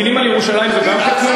טילים על ירושלים הם גם קטנוניות?